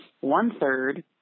one-third